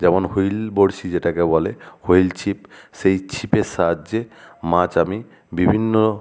যেমন হুইল বড়শি যেটাকে বলে হুইল ছিপ সেই ছিপের সাহায্যে মাছ আমি বিভিন্ন